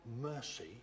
mercy